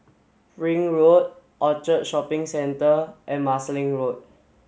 Ring Road Orchard Shopping Centre and Marsiling Road